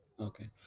Okay